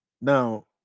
Now